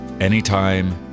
anytime